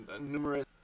numerous